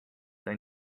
they